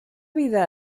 vida